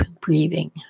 breathing